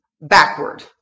backward